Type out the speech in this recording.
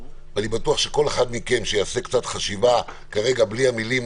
כל אחד מכם שיעשה חשיבה במנותק מהמילים